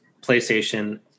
playstation